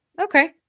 Okay